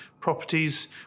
properties